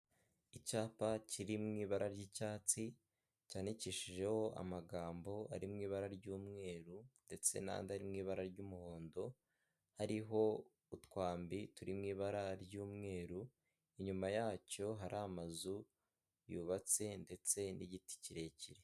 Icyapa kiri mu ibara ry'icyatsi, cyandikishijeho amagambo ari mu ibara ry'umweru ndetse n'andi ari mu ibara ry'umuhondo, hariho utwambi turi mu ibara ry'umweru, inyuma yacyo hari amazu yubatse ndetse n'igiti kirekire.